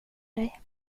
dig